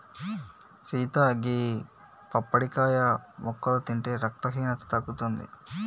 సీత గీ పప్పడికాయ ముక్కలు తింటే రక్తహీనత తగ్గుతుంది